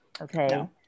okay